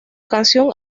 canción